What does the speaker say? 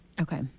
okay